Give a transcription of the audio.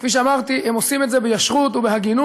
כפי שאמרתי, הם עושים את זה בישרות ובהגינות,